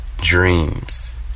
dreams